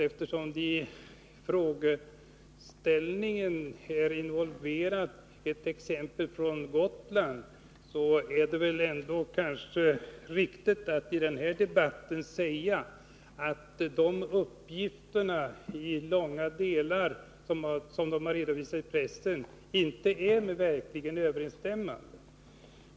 Eftersom det i frågeställningen är involverat ett exempel från Gotland, kanske det är riktigt att i den här debatten säga att de uppgifterna i långa delar, som de har redovisats i pressen, inte är med verkligheten överensstämmande.